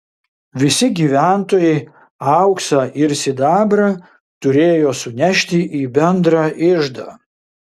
visi gyventojai auksą ir sidabrą turėjo sunešti į bendrą iždą